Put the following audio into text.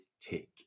take